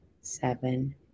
seven